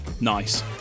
Nice